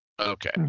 Okay